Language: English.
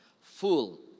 full